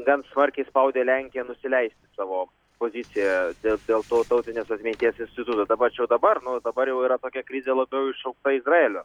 gan smarkiai spaudė lenkiją nusileisti savo pozicijoje dėl dėl to tautinės atminties instituto tačiau dabar nu dabar jau yra tokia krizė labiau iššaukta izraelio